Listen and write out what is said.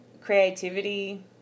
creativity